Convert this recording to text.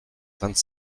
vingt